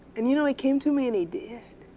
and you know he came to me and he did.